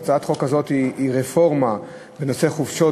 הצעת החוק הזאת היא רפורמה בנושא חופשות